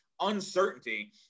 uncertainty